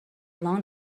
along